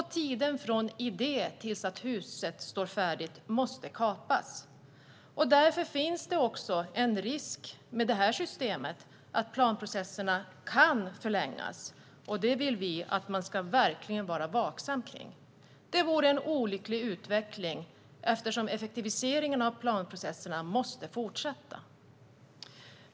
Tiden från idé till att huset står färdigt måste kapas. Därför finns en risk att planprocesserna kan förlängas med detta system. Vi vill att man verkligen ska vara vaksam inför detta. Det vore en olycklig utveckling, eftersom effektiviseringen av planprocesserna måste fortsätta.